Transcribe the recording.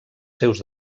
seus